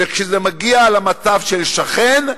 וכשזה מגיע למצב של שכן,